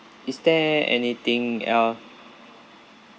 is there anything else